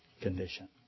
condition